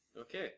Okay